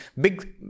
big